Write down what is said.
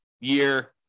year